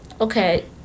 okay